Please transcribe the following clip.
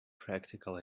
practical